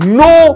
no